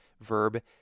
verb